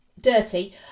dirty